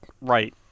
right